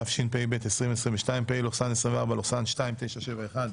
התשפ"ב-2022 (פ/2971/24),